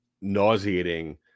nauseating